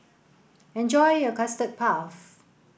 enjoy your custard puff